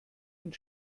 mit